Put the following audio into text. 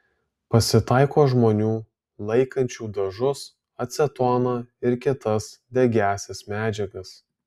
pasitaiko žmonių laikančių dažus acetoną ir kitas degiąsias medžiagas